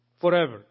Forever